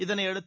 இதனையடுத்து